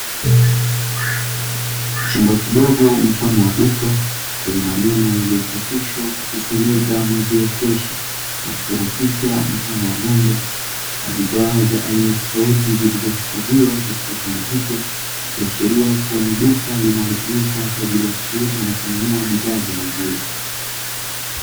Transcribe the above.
Chumba kidogo mfano wa duka chenye maneno yaliyochapishwa kwa kusomeka"maziwa freshi" na kuchorwa picha mfano wa ng'ombe, na bidhaa za aina tofauti zizilizohifadhiwa katika chumba hicho, ikiashiria kuwa ni duka linalotumika kwa ajili ya kuuza na kununua bidhaa za maziwa.